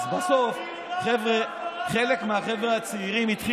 שוחד, מרמה והפרת אמונים.